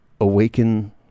awaken